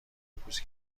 پوست